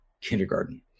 kindergarten